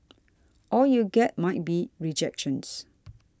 all you get might be rejections